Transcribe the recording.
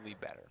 better